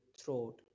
throat